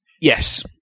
Yes